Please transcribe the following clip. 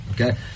Okay